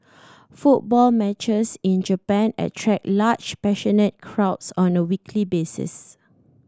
football matches in Japan attract large passionate crowds on a weekly basis